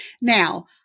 Now